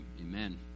Amen